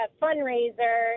fundraiser